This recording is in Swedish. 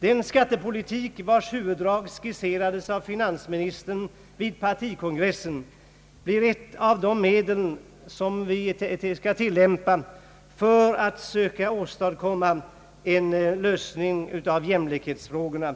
Den skattepolitik, vars huvuddrag skisserades av finansministern vid partikongressen, blir ett av de medel som vi skall tillämpa för att söka åstadkomma en lösning av jämlikhetsfrågorna.